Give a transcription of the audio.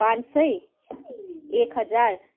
पान सय एक हजार